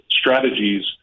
strategies